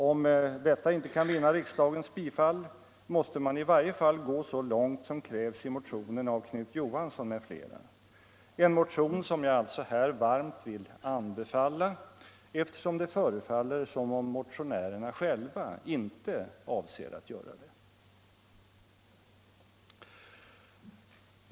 Om detta inte kan vinna riksdagens bifall måste man i varje fall gå så långt som krävs i motionen av Knut Johansson m.fl., en motion som jag alltså här varmt vill anbefalla, eftersom det förefaller som om motionärerna själva inte avser att göra det.